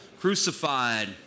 crucified